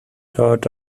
dort